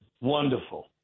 Wonderful